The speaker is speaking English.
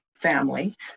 family